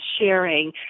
sharing